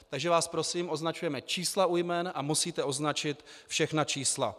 Takže vás prosím, označujeme čísla u jmen a musíte označit všechna čísla.